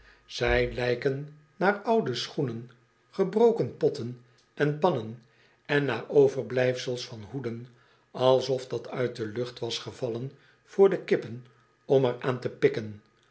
zij kijken naar oude schoenen gebroken potten en pannen ennaaroverblijfsels van hoeden alsof dat uit de lucht was gevallen voor de kippen om er aan te pikken